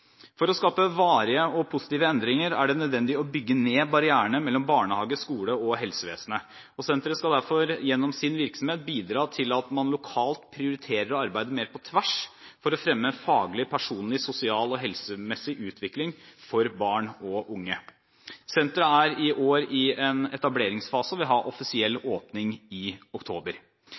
For å skape varige og positive endringer er det nødvendig å bygge ned barrierene mellom barnehage, skole og helsevesenet. Senteret skal derfor gjennom sin virksomhet bidra til at man lokalt prioriterer arbeidet mer på tvers for å fremme faglig, personlig, sosial og helsemessig utvikling for barn og unge. Senteret er i år i en etableringsfase og vil ha offisiell åpning i oktober.